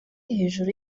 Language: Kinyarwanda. hejuru